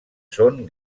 són